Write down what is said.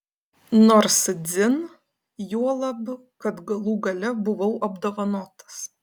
nors dzin juolab kad galų gale buvau apdovanotas